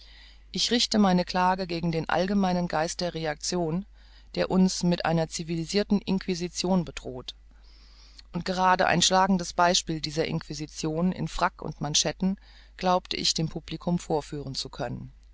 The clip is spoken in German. ich richte meine klage gegen den allgemeinen geist der reaktion der uns mit einer civilisirten inquisition bedroht und grade ein schlagendes beispiel dieser inquisition in frack und manschetten glaubte ich dem publikum vorführen zu können